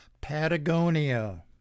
Patagonia